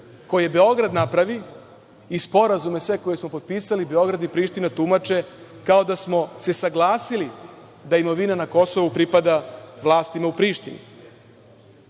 koje Beograd napravi i sve sporazume koje smo potpisali Beograd i Priština tumače kao da smo se saglasili da imovina na Kosovu pripada vlastima u Prištini. Naravno,